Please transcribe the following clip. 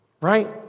Right